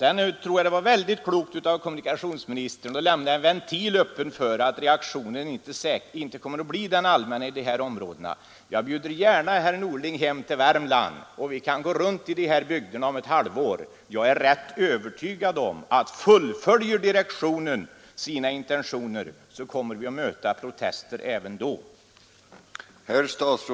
Jag tror att det var väldigt klokt av kommunikationsministern att lämna en ventil öppen för om reaktionen kommer att bli allmän i de här områdena. Jag bjuder gärna hem herr Norling till Värmland, och vi kan gå runt i de här bygderna om ett halvår. Jag är rätt övertygad om att fullföljer direktionen sina intentioner, kommer vi att möta protester även då.